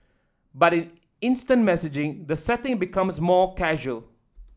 but in instant messaging the setting becomes more casual